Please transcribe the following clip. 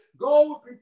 go